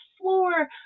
floor